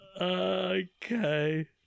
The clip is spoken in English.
Okay